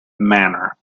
manor